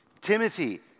Timothy